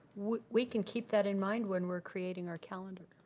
we can keep that in mind when we're creating our calendar.